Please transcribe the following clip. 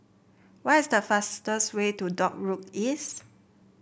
what is the fastest way to Dock Road East